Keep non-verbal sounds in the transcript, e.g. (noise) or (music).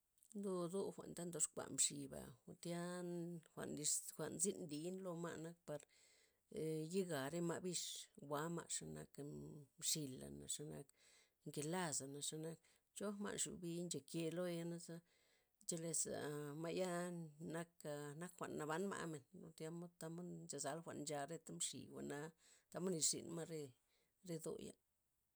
Lo do jwa'nta ndoxkua mxiba', jwa'n tya jwa'n nlir jwa'n- zyn nlii lo ma'na par (hesitation) yega' re ma' bix jwa'ma' xenak mxila', nxenak ngelas, xenak choga ma' nxubi ncheke' loya'za cheleza' ma'ya nak- aa nak jwa'n naban ma' gabmen, timod- tamod nchozal jwa'n ncha retha' mxi jwa'na tamod nlirzyn ma' re do'ya'.